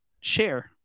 share